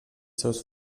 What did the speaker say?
seus